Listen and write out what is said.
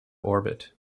orbit